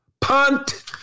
punt